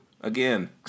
again